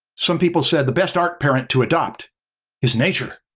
some people said the best art parent to adopt is nature.